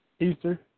Easter